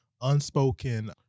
unspoken